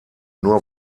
nur